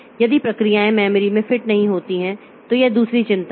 यदि प्रक्रियाएं मेमोरी में फिट नहीं होती हैं तो यह दूसरी चिंता है